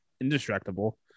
indestructible